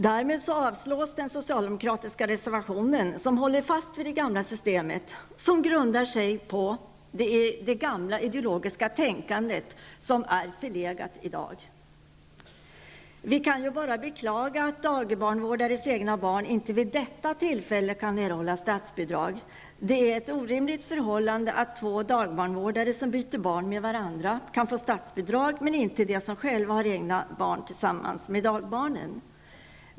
Det innebär avslag på den socialdemokratiska reservationen, som håller fast vid det gamla systemet, grundat på det gamla ideologiska tänkandet, som är förlegat i dag. Vi kan ju bara beklaga att dagbarnvårdarnas egna barn inte vid detta tillfälle kan erhålls statsbidrag. Det är ett orimligt förhållande att två dagbarnvårdare som byter barn med varandra kan få statsbidrag men inte de som har egna barn tillsammans med dagbarnen.